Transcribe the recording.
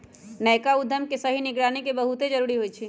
नयका उद्यम के सही निगरानी के बहुते जरूरी होइ छइ